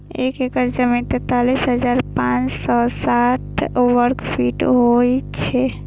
एक एकड़ जमीन तैंतालीस हजार पांच सौ साठ वर्ग फुट होय छला